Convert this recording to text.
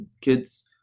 kids –